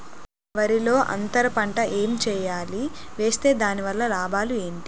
వరిలో అంతర పంట ఎం వేయాలి? వేస్తే దాని వల్ల లాభాలు ఏంటి?